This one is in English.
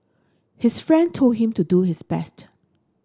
his friend told him to do his best